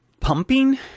pumping